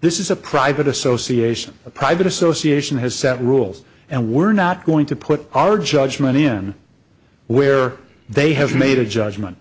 this is a private association a private association has set rules and we're not going to put our judgment in where they have made a judgment